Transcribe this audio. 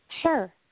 Sure